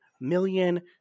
million